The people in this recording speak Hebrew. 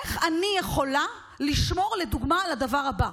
איך אני יכולה לשמור לדוגמה על הדבר הבא: